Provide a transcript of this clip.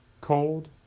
cold